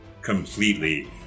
completely